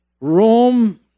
Rome